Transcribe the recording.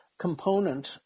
component